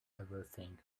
everything